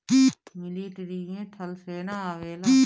military में थल सेना आवेला